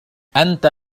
أنت